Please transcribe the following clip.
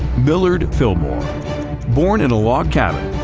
millard fillmore born in a log cabin,